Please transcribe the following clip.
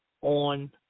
on